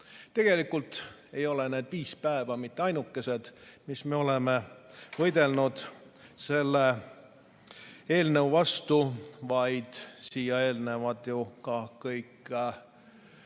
Tegelikult ei ole need viis päeva mitte ainukesed, mil me oleme võidelnud selle eelnõu vastu, vaid sellele eelnevad ju ka kõik